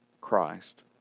Christ